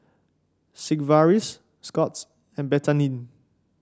Sigvaris Scott's and Betadine